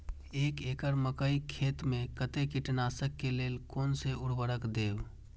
एक एकड़ मकई खेत में कते कीटनाशक के लेल कोन से उर्वरक देव?